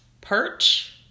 perch